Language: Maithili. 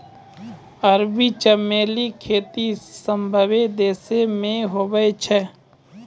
अरबी चमेली खेती सभ्भे देश मे हुवै छै